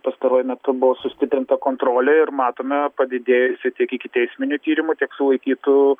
pastaruoju metu buvo sustiprinta kontrolė ir matome padidėjusį tiek ikiteisminių tyrimų tiek sulaikytų